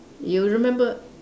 you remember